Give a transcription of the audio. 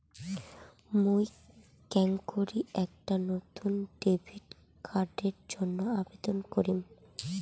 মুই কেঙকরি একটা নতুন ডেবিট কার্ডের জন্য আবেদন করিম?